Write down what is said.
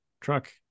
truck